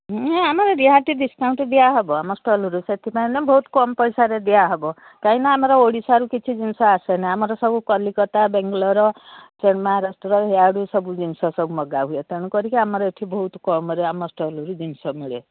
ଆମର ରିହାତି ଡିସ୍କାଉଣ୍ଟ୍ ଦିଆହେବ ଆମ ଷ୍ଟଲ୍ରୁ ସେଥିପାଇଁ ନା ବହୁତ କମ୍ ପଇସାରେ ଦିଆହେବ କାହିଁକିନା ଆମର ଓଡ଼ିଶାରୁ କିଛି ଜିନିଷ ଆସେନି ଆମର ସବୁ କଲିକତା ବେଙ୍ଗଲୋର୍ ମହାରାଷ୍ଟ୍ର ଇଆଡ଼ୁ ସବୁ ଜିନିଷ ସବୁ ମଗାହୁୁଏ ତେଣୁକରି କି ଆମର ଏଠି ବହୁତ କମ୍ରେ ଆମ ଷ୍ଟଲ୍ରୁ ଜିନିଷ ମିଳେ